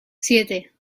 siete